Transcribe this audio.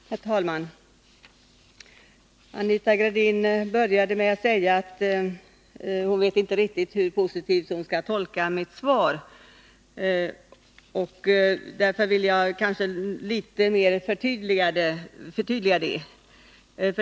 Herr talman! Anita Gradin började med att säga att hon inte riktigt visste hur positivt hon skulle tolka mitt svar, och jag vill därför något förtydliga detta.